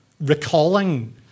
recalling